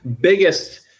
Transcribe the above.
biggest